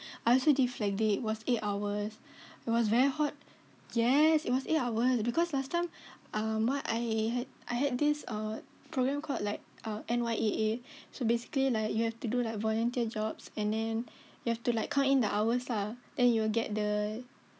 I also did flag day it was eight hours it was very hot yes it was eight hours because last time um my I had I had this uh program called like N_Y_A_A so basically like you have to do like volunteer jobs and then you have to like count in the hours lah then you will get the